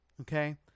okay